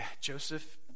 Joseph